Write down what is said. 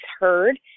heard